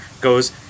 goes